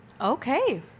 Okay